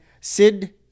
Sid